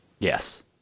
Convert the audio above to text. Yes